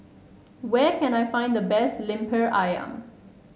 where can I find the best Lemper ayam